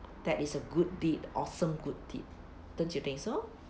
that is a good deed awesome good deed don't you think so